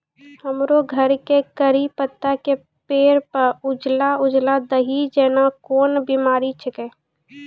हमरो घर के कढ़ी पत्ता के पेड़ म उजला उजला दही जेना कोन बिमारी छेकै?